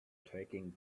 taking